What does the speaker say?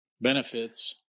benefits